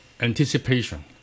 anticipation